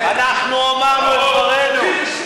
אנחנו אמרנו את דברנו.